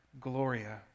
Gloria